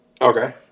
Okay